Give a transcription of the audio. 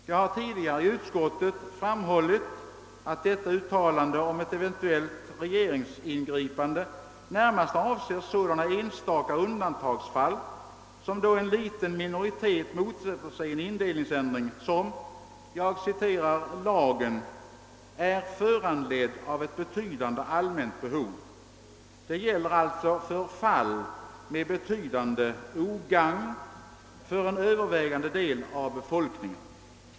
Jag har tidigare i utskottet framhållit att detta uttalande i motionen om ett eventuellt regeringsingripande närmast avser sådana enstaka undantagsfall som då en liten minoritet motsätter sig en indelningsändring vilken är, såsom det heter i lagen, »föranledd av ett betydande allmänt behov». Det skulle alltså gälla fall som kunde medföra betydande ogagn för en övervägande del av befolkningen.